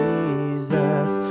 Jesus